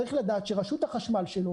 צריך לדעת שרשות החשמל שלו